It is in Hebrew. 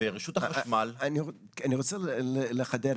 ורשות החשמל --- אני רוצה לחדד.